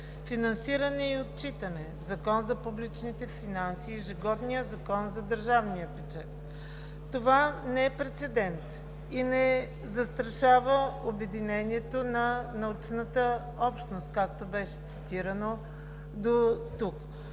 финансиране и отчитане, Закон за публичните финанси и ежегодния Закон за държавния бюджет. Това не е прецедент и не застрашава обединението на научната общност, както беше цитирано дотук.